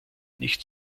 nicht